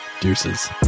Deuces